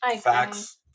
Facts